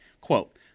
Quote